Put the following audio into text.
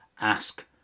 ask